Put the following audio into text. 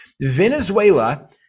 Venezuela